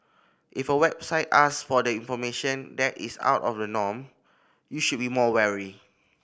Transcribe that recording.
if a website ask for the information that is out of norm you should be more wary